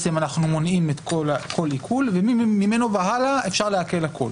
מונעים כל עיקול וממנו והלאה אפשר לעקל הכול.